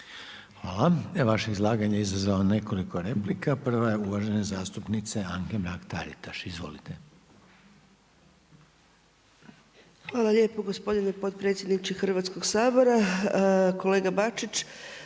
Hvala. Evo vaše izlaganje je izazvalo nekoliko replika. Prva je uvažene zastupnice Anke Mrak-Taritaš. Izvolite. **Mrak-Taritaš, Anka (Nezavisni)** Hvala lijepo gospodine potpredsjedniče Hrvatskog sabora. Kolega Bačić,